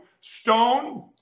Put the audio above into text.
STONE